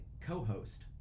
co-host